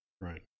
right